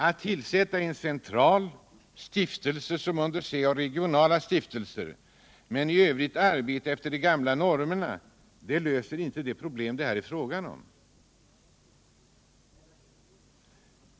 Att tillsätta en central stiftelse, som under sig har regionala stiftelser, men i övrigt arbeta efter gamla normer löser inte de problem det här är fråga om.